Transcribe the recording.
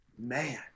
man